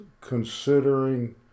considering